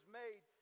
made